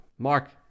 Mark